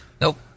Nope